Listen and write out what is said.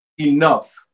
enough